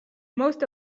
most